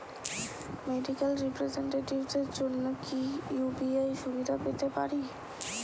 Medical রিপ্রেজন্টেটিভদের জন্য কি ইউ.পি.আই সুবিধা পেতে পারে?